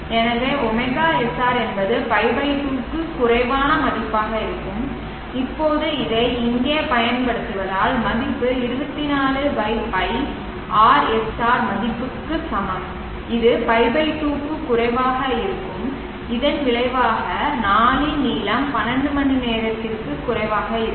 எனவே ωsr என்பது π 2 க்கும் குறைவான மதிப்பாக இருக்கும் இப்போது இதை இங்கே பயன்படுத்துவதால் மதிப்பு 24 π rsr மதிப்புக்கு சமம் இது π 2 க்கும் குறைவாக இருக்கும் இதன் விளைவாக நாளின் நீளம் 12 மணி நேரத்திற்கும் குறைவாக இருக்கும்